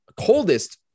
coldest